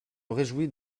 réjouis